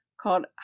called